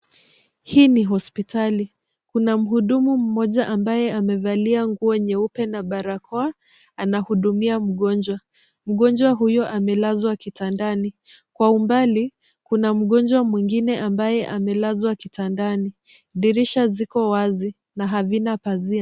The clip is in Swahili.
Hii ni hospitali. Kuna mhudumu mmoja ambaye amevalia nguo nyeupe na barakoa, anamhudumia mgonjwa. Mgonjwa huyu amelazwa kitandani. Kwa umbali kuna mgonjwa mwingine ambaye amelazwa kitandani. Dirisha ziko wazi na hazina pazia.